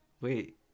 Wait